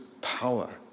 power